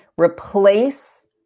Replace